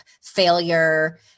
failure